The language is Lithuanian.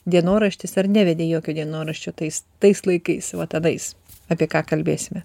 dienoraštis ar nevedei jokio dienoraščio tais tais laikais vat anais apie ką kalbėsime